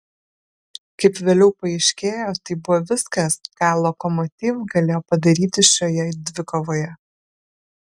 kaip vėliau paaiškėjo tai buvo viskas ką lokomotiv galėjo padaryti šioje dvikovoje